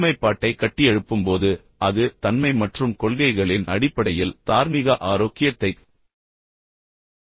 எனவே ஒருமைப்பாட்டைக் கட்டியெழுப்பும் போது அது தன்மை மற்றும் கொள்கைகளின் அடிப்படையில் தார்மீக ஆரோக்கியத்தைக் குறிக்கிறது